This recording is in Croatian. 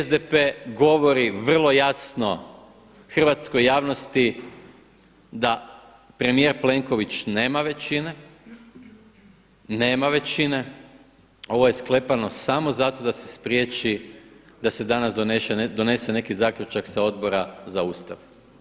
SDP govori vrlo jasno hrvatskoj javnosti da premijer Plenković nema većine, nema većine, ovo je sklepano samo zato da se spriječi, da se danas donese neki zaključak sa Odbora za Ustav.